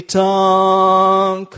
tongue